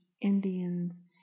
Indians